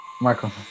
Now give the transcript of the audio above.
Marco